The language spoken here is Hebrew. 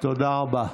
תודה רבה.